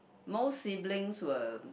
most siblings will